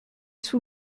sous